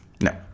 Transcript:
no